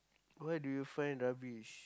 why do you find rubbish